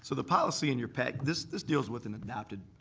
so the policy in your pack, this this deals with an adapted,